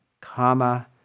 comma